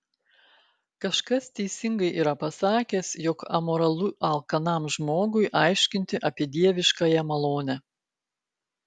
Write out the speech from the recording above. kažkas teisingai yra pasakęs jog amoralu alkanam žmogui aiškinti apie dieviškąją malonę